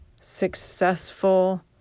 successful